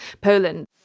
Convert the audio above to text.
Poland